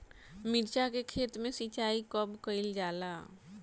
मिर्चा के खेत में सिचाई कब कइल जाला?